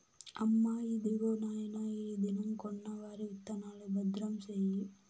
అమ్మా, ఇదిగో నాయన ఈ దినం కొన్న వరి విత్తనాలు, భద్రం సేయి